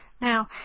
Now